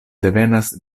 devenas